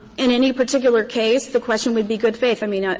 in any particular case, the question would be good faith. i mean, ah